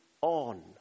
on